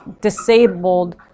disabled